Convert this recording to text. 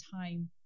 time